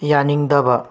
ꯌꯥꯅꯤꯡꯗꯕ